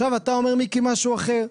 עכשיו אתה אומר, מיקי, משהו אחר,